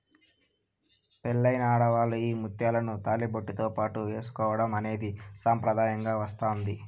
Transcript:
పెళ్ళైన ఆడవాళ్ళు ఈ ముత్యాలను తాళిబొట్టుతో పాటు ఏసుకోవడం అనేది సాంప్రదాయంగా వస్తాంది